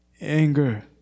anger